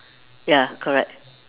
ya correct